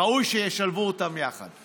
ראוי שישלבו אותן יחד.